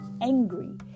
angry